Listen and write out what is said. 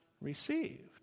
received